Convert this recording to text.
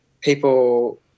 people